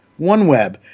OneWeb